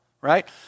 right